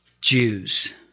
Jews